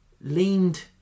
leaned